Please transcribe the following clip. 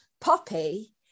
Poppy